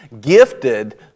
gifted